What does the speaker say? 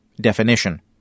Definition